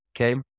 Okay